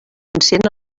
encén